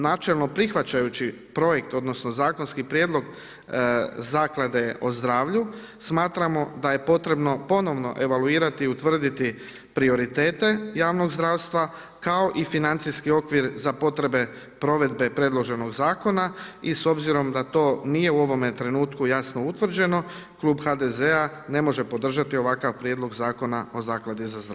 Načelno prihvaćajući projekt, odnosno zakonski prijedlog Zaklade o zdravlju, smatramo da je potrebno ponovno evaluirati i utvrditi prioritete javnog zdravstva, kao i financijski okvir za potrebe provedbe predloženog zakona i s obzirom da to nije u ovome trenutku jasno utvrđeno, Klub HDZ-a ne može podržati ovakav Prijedlog zakona o Zakladi za zdravlje.